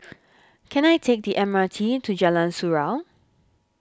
can I take the M R T to Jalan Surau